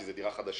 כי זו דירה חדשה?